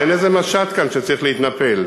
אין איזה משט כאן שצריך להתנפל.